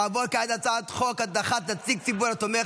נעבור כעת להצעת חוק הדחת נציג ציבור התומך